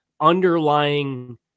underlying